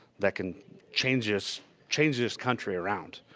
that can change this change this country around.